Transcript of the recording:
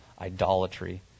idolatry